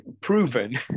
proven